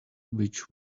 which